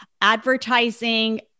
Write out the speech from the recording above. advertising